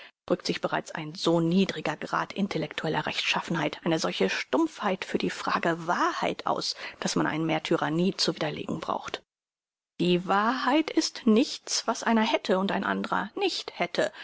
drückt sich bereits ein so niedriger grad intellektueller rechtschaffenheit eine solche stumpfheit für die frage wahrheit aus daß man einen märtyrer nie zu widerlegen braucht die wahrheit ist nichts was einer hätte und ein andrer nicht hätte